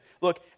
Look